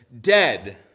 dead